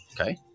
okay